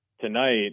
tonight